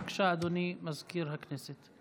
בבקשה, אדוני מזכיר הכנסת.